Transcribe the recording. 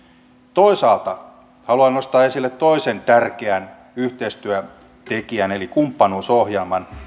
toisaalta haluan nostaa esille toisen tärkeän yhteistyötekijän eli kumppanuusohjelman